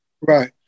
Right